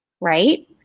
Right